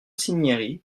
cinieri